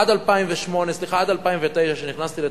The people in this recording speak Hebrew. עד 2009. כשנכנסתי לתפקידי,